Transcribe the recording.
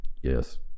Yes